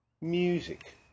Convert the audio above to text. music